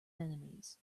enemies